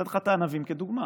נתתי לך את הענבים כדוגמה.